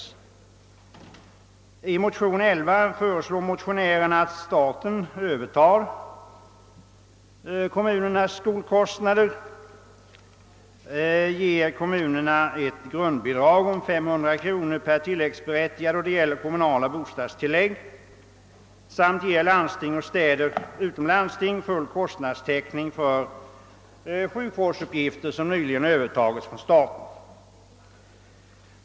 I de likalydande motionerna I:11 och II:11 föreslår motionärerna, att staten övertar kommunernas skolkostnader, ger kommunerna ett grundbidrag om 500 kronor per tillläggsberättigad då det gäller kommunala bostadstillägg samt ger landsting och städer utom landsting full kostnadstäckning för sjukvårdsuppgifter som nyligen Öövertagits från staten.